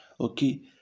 okay